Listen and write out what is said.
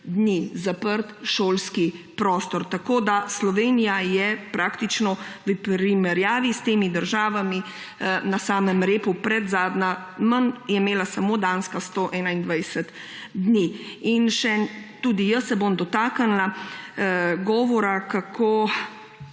dni zaprt šolski prostor. Tako da je Slovenija v primerjavi s temi državami na samem repu, predzadnja, manj je imela samo Danska, 121 dni. Tudi jaz se bom dotaknila govora, kako